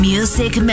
Music